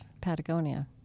Patagonia